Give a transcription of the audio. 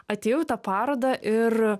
atėjau į tą parodą ir